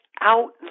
out